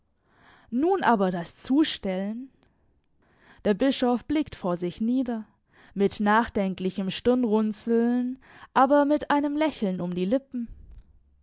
nun aber das zustellen der bischof blickt vor sich nieder mit nachdenklichem stirnrunzeln aber mit einem lächeln um die lippen